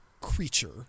Creature